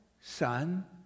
Son